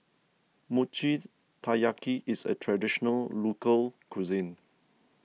Mochi Taiyaki is a Traditional Local Cuisine